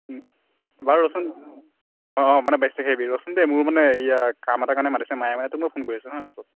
বাৰু ৰ'চোন অঁ মানে বাইছ তাৰিখে আহিবি ৰ' চোন দেই মোৰ মানে এইয়া কাম এটাৰ কাৰণে মাতিছে মায়ে মানে তোক মই ফোন কৰি আছোঁ হাঁ পাছত